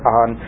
on